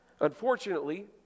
Unfortunately